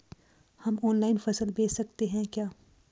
हम ऑनलाइन फसल बेच सकते हैं क्या?